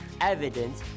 evidence